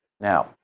Now